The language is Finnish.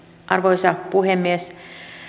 arvoisa puhemies